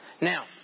now